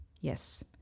Yes